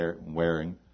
wearing